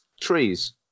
trees